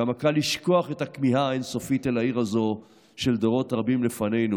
כמה קל לשכוח את הכמיהה האין-סופית אל העיר הזאת של דורות רבים לפנינו.